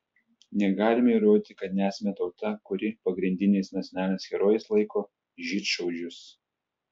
negalime įrodyti kad nesame tauta kuri pagrindiniais nacionaliniais herojais laiko žydšaudžius